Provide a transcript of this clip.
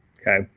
Okay